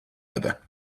other